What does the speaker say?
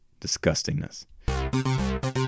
disgustingness